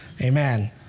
Amen